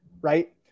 Right